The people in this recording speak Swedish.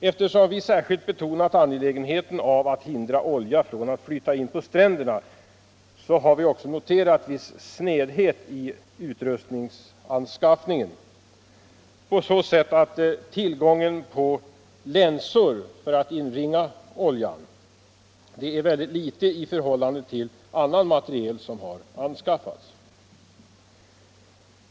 Eftersom vi särskilt betonat angelägenheten av att hindra olja från att flyta in på stränderna har vi också noterat viss snedhet i utrustningen: tillgången till länsor, som används för att inringa oljan, är mycket liten i förhållande till annat material som har anskaffats.